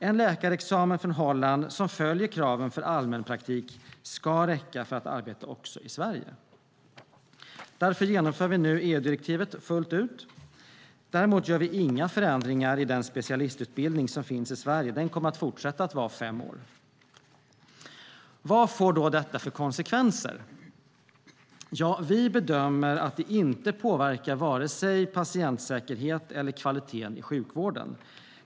En läkarexamen från Holland som följer kraven för allmänpraktik ska räcka för att få arbeta också i Sverige. Därför genomför vi nu EU-direktivet fullt ut. Däremot gör vi inga förändringar i den specialistutbildning som finns i Sverige. Den kommer att fortsätta vara fem år. Vad får då detta för konsekvenser? Vi bedömer att det inte påverkar vare sig patientsäkerheten eller kvaliteten i sjukvården.